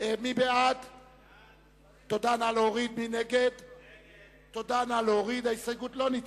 אילן גילאון לסעיף 135(1) לא נתקבלה.